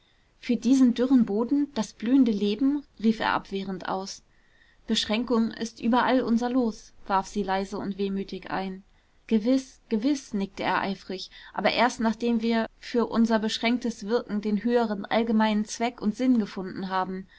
für diesen dürren boden das blühende leben rief er abwehrend aus beschränkung ist überall unser los warf sie leise und wehmütig ein gewiß gewiß nickte er eifrig aber erst nachdem wir für unser beschränktes wirken den höheren allgemeineren zweck und sinn gefunden haben